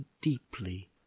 deeply